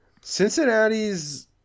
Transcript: cincinnati's